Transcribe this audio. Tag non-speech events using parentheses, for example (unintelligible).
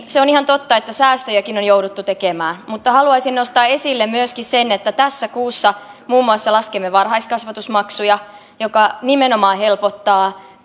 (unintelligible) se on ihan totta että säästöjäkin on jouduttu tekemään mutta haluaisin nostaa esille myöskin sen että tässä kuussa muun muassa laskemme varhaiskasvatusmaksuja mikä nimenomaan helpottaa (unintelligible)